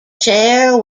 chair